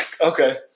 Okay